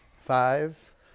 Five